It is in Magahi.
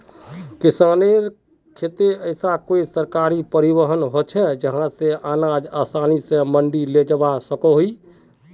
किसानेर केते ऐसा कोई सरकारी परिवहन होचे जहा से अनाज आसानी से मंडी लेजवा सकोहो ही?